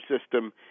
System